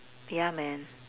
ya man